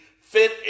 fit